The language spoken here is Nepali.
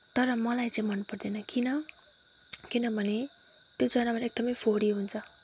तर मलाई चाहिँ मनपर्दैन किन किनभने त्यो जनावर एकदमै फोहोरी हुन्छ